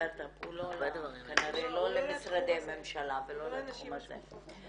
הסטארט אפ הוא כנראה לא למשרדי ממשלה ולא לתחום הזה.